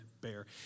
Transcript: bear